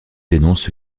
dénoncent